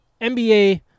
NBA